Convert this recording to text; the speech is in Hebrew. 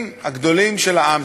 כשהם מקבלים את ההסבר